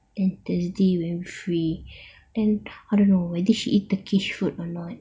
then thursday very free and I don't know whether she eat turkish food or not